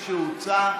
החוצה.